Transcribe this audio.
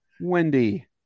Wendy